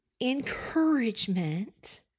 encouragement